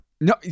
No